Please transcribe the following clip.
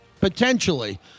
potentially